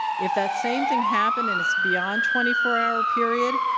if that same thing happened and it's beyond twenty four hour period,